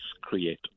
create